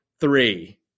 three